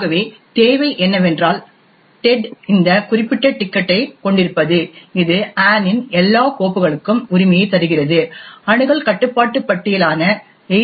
ஆகவே தேவை என்னவென்றால் டெட் இந்த குறிப்பிட்ட டிக்கெட்டைக் கொண்டிருப்பது இது அன்னின் எல்லா கோப்புகளுக்கும் உரிமையைத் தருகிறது அணுகல் கட்டுப்பாட்டுப் பட்டியலான ஏ